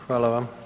Hvala vam.